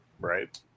Right